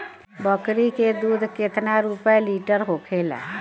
बकड़ी के दूध केतना रुपया लीटर होखेला?